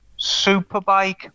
Superbike